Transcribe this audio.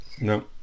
No